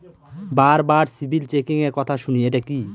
বারবার সিবিল চেকিংএর কথা শুনি এটা কি?